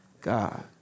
God